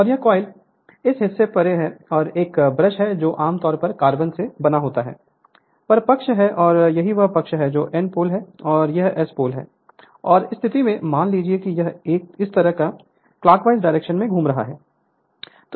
और यह कॉइल इस से परे है यह एक ब्रश है जो आम तौर पर कार्बन से बना होता है यह पक्ष है और यही वह पक्ष है जो N पोल है और यह S पोल है और उस स्थिति में मान लीजिए कि यह इस तरह से क्लाकवाइज डायरेक्शन में घूम रहा है